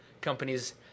companies